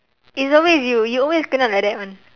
either way you you always kena like that [one]